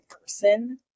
person